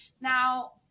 now